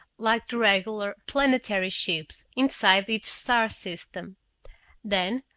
like the regular planetary ships, inside each star-system. then,